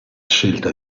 scelta